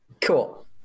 Cool